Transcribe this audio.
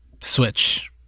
Switch